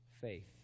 faith